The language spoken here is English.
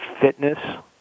fitness